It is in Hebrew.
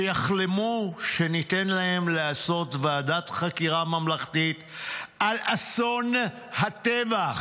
שיחלמו שניתן להם לעשות ועדת חקירה ממלכתית על אסון הטבח",